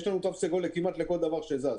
יש לנו תו סגול כמעט לכל דבר שזז,